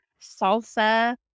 salsa